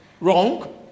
wrong